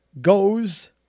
goes